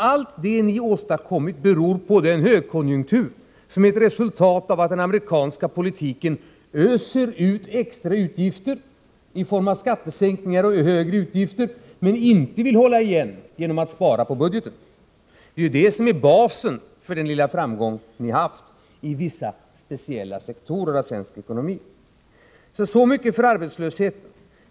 Allt det ni åstadkommit beror på den högkonjunktur som är ett resultat av att den amerikanska politiken öser ut extra utgifter i form av skattesänkningar och högre utgifter men inte vill hålla igen genom att spara på budgeten. Det är basen för den lilla framgång ni haft i vissa speciella sektorer av svensk ekonomi. — Så mycket för arbetslösheten!